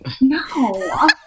No